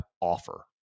offer